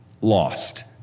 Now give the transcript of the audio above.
lost